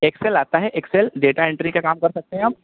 Excel آتا ہے excel data entry کا کام کر سکتے ہیں آپ